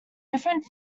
different